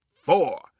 four